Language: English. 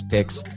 Picks